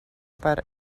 per